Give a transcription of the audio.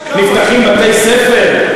נפתחים בתי-ספר,